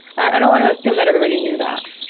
i don't want to assume that everybody knew that.